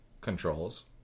controls